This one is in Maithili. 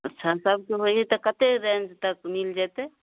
अच्छा सबके होइ हइ तऽ कते रेंज तक मिल जेतै